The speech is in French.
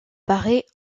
paraît